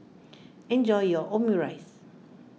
enjoy your Omurice